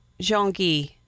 Jean-Guy